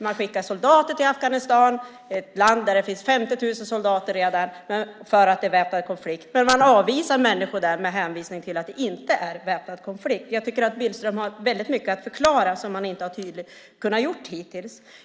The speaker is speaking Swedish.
Man skickar soldater till Afghanistan, ett land där det redan finns 50 000 soldater, för att det är väpnad konflikt, men man avvisar människor dit med hänvisning till att det inte är väpnad konflikt. Jag tycker att Billström har väldigt mycket att förklara, vilket han inte har kunnat göra hittills.